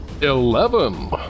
Eleven